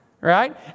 Right